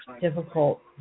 difficult